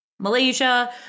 Malaysia